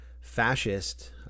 fascist